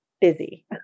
busy